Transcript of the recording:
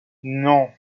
non